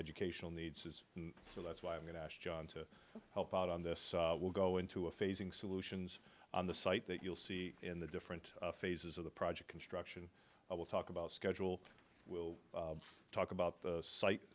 educational needs is so that's why i'm going to ask john to help out on this we'll go into a phasing solutions on the site that you'll see in the different phases of the project construction i will talk about schedule we'll talk about the